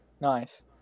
Nice